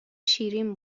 شیرین